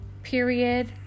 period